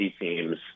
teams